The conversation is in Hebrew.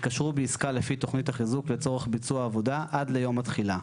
התקשרו בעסקה לפי תוכנית החיזוק לצורך ביצוע העבודה עד ליום התחילה,